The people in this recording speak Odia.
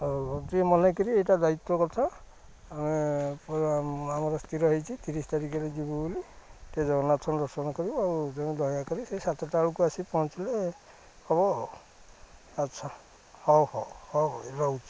ହଉ ରହୁଛି ମନେକରି ଏଇଟା ଦାୟିତ୍ୱ କଥା ଆମେ ପୁରା ଆମର ସ୍ଥିର ହେଇଛି ତିରିଶ ତାରିଖରେ ଯିବୁ ବୋଲିି ଟିକେ ଜଗନ୍ନାଥ ଦର୍ଶନ କରିବୁ ଆଉ ତେଣୁ ଦୟାକରି ସେଇ ସାତଟା ବେଳକୁ ଆସିକି ପହଁଞ୍ଚିଲେ ହବ ଆଉ ଆଚ୍ଛା ହଉ ହଉ ହଉ ରହୁଛି